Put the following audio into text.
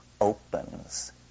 opens